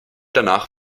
danach